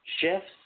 shifts